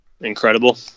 Incredible